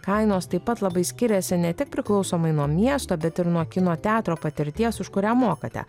kainos taip pat labai skiriasi ne tik priklausomai nuo miesto bet ir nuo kino teatro patirties už kurią mokate